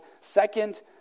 Second